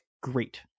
great